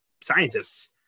scientists